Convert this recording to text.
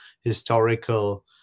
historical